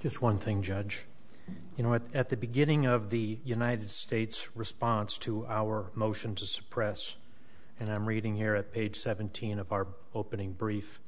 just one thing judge you know what at the beginning of the united states response to our motion to suppress and i'm reading here at page seventeen of our opening brief